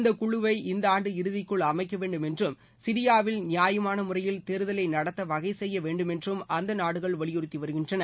இந்த குழுவை இந்த ஆண்டு இறுதிக்குள் அமைக்க வேண்டும் என்றும் சிரியாவில் நியாயமான முறையில் தேர்தலை நடத்த வகை செய்ய வேண்டும் என்றும் அந்த நாடுகள் வலியுறுத்தி வருகின்றன